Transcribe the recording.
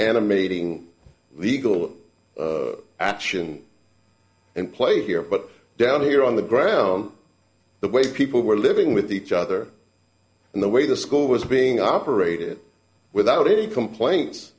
animating legal action and play here but down here on the ground the way people were living with each other and the way the school was being operated without any complaints